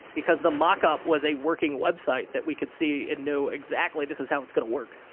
because the mock up was a working website that we could see and know exactly this is how it's gonna work.